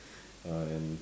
uh and